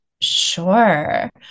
Sure